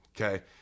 okay